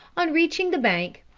on reaching, the bank,